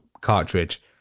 cartridge